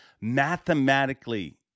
mathematically